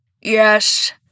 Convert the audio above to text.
Yes